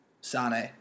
Sane